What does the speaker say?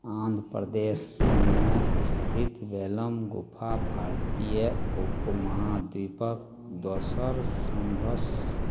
आन्ध्र प्रदेशमे स्थित बेलम गुफा भारतीय उपमहाद्वीपक दोसर सभसँ